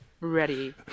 ready